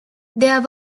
there